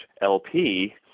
LP